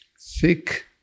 thick